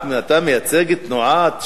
אתה מייצג את תנועת ש"ס,